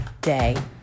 day